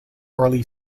early